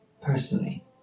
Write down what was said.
Personally